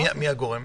מי הגורמים?